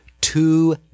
two